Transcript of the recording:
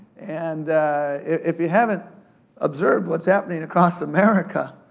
and if you haven't observed what's happening across america,